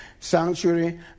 sanctuary